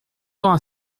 temps